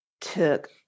took